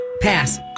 Pass